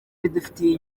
bidufitiye